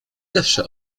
zawsze